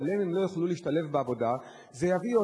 אם הן לא יוכלו להשתלב בעבודה זה יביא את